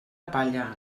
palla